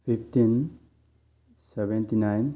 fifteen seventy nine